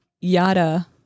Yada